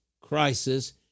crisis